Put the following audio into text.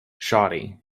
shawty